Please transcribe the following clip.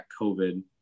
COVID